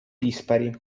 dispari